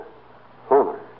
Homer